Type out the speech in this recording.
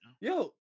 Yo